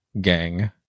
gang